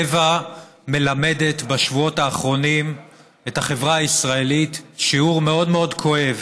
טבע מלמדת בשבועות האחרונים את החברה הישראלית שיעור מאוד מאוד כואב